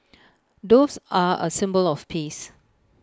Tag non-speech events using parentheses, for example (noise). (noise) doves are A symbol of peace